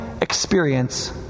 experience